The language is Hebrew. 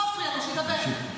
לא אפריע לו, שידבר.